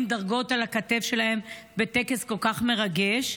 דרגות על הכתף שלהם בטקס כל כך מרגש?